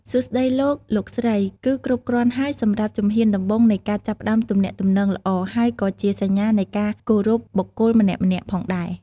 សួស្ដី លោក លោកស្រី គឺគ្រប់គ្រាន់ហើយសម្រាប់ជំហានដំបូងនៃការចាប់ផ្ដើមទំនាក់ទំនងល្អ ហើយក៏ជាសញ្ញានៃការគោរពបុគ្គលម្នាក់ៗផងដែរ។